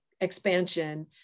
expansion